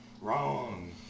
Wrong